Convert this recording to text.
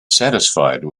satisfied